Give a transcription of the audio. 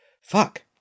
Fuck